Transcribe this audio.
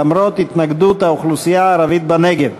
למרות התנגדות האוכלוסייה הערבית בנגב.